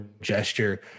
gesture